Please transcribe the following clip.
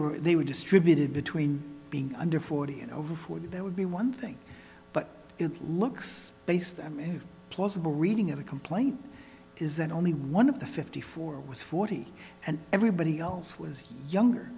were they were distributed between being under forty and over forty that would be one thing but it looks based on plausible reading of the complaint is that only one of the fifty four was forty and everybody else was younger